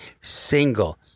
single